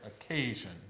occasion